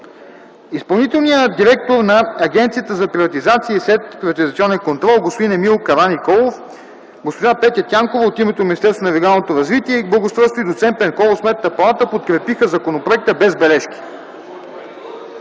Изпълнителният директор на Агенцията за приватизация и следприватизационен контрол господин Емил Караниколов, госпожа Петя Дянкова от името на Министерството на регионалното развитие и благоустройството и доц. Пенкова от Сметната палата подкрепиха законопроекта без бележки.